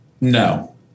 No